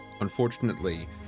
Unfortunately